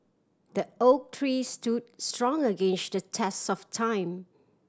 the oak tree stood strong against the test of time